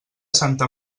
santa